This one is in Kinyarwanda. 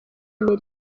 amerika